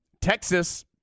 Texas